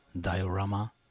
Diorama